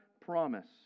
promise